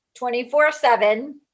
24-7